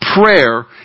prayer